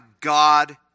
God